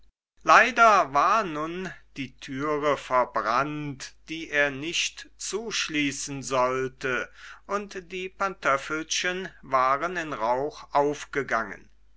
leider war nun die türe verbrannt die er nicht zuschließen sollte und die pantöffelchen waren in rauch aufgegangen